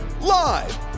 Live